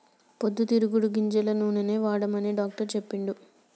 పొద్దు తిరుగుడు గింజల నూనెనే వాడమని డాక్టర్ చెప్పిండు